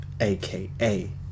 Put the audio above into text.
AKA